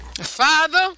Father